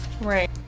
Right